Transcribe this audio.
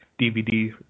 DVD